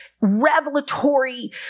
revelatory